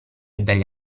dagli